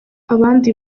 abandi